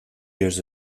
years